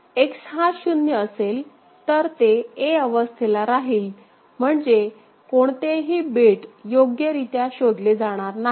जर X हा 0 असेल तर ते a अवस्थेला राहील म्हणजे कोणतेही बिट योग्यरीत्या शोधले जाणार नाही